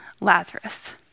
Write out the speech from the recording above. Lazarus